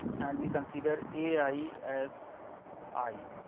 and we consider a i as i.